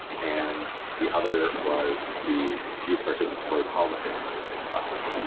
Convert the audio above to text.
and the other was the youth participatory politics survey project.